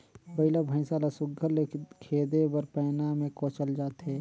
बइला भइसा ल सुग्घर ले खेदे बर पैना मे कोचल जाथे